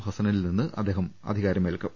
ഹസ്സനിൽ നിന്ന് അദ്ദേഹം അധികാരമേറ്റെടുക്കും